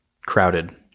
Crowded